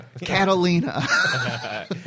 Catalina